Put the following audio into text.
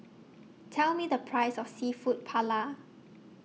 Tell Me The Price of Seafood Paella